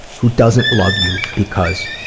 who doesn't love you because